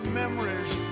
memories